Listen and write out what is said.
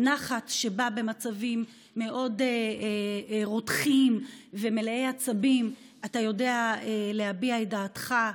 הנחת שבה במצבים מאוד רותחים ומלאי עצבים אתה יודע להביע את דעתך,